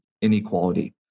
Inequality